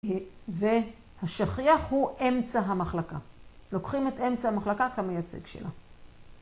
והשכיח הוא אמצע המחלקה, לוקחים את אמצע המחלקה כמייצג שלה.